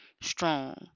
strong